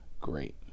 Great